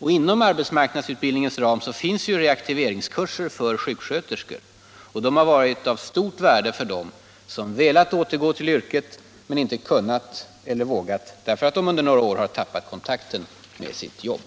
Inom arbetsmarknadsutbildningens ram finns ju reaktiveringskurser för sjuksköterskor, och de har varit av stort värde för dem som velat återgå till yrket men inte kunnat eller vågat, därför att de under några år har tappat kontakten med sitt jobb.